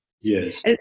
Yes